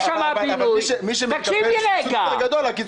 יש שם בינוי, תקשיב לי רגע.